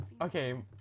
Okay